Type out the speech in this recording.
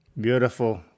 beautiful